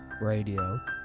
Radio